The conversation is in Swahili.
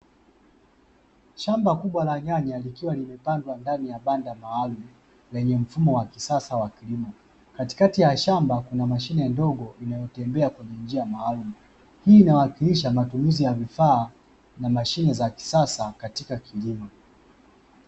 Shamba kubwa la nyanya likiwa limepandwa ndani ya banda maalumu lenye mfumo wa kisasa wa kilimo. Katikati ya shamba kuna mashine ndogo inayotembea kwenye njia maalumu. Hii inwakilisha matumizi ya vifaa na mashine za kisasa katika kilimo.